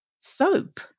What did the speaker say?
soap